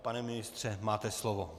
Pane ministře, máte slovo.